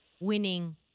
winning